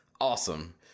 awesome